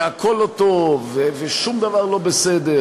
שהכול לא טוב ושום דבר לא בסדר,